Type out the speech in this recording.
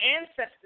ancestors